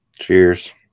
Cheers